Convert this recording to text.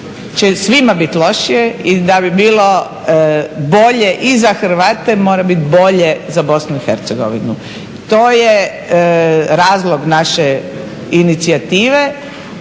će svima biti lošije i da bi bilo bolje i za Hrvate mora biti bolje za BiH. To je razlog naše inicijative.